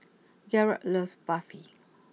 Garett loves Barfi